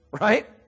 Right